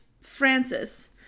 Francis